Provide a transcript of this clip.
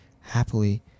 happily